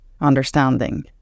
understanding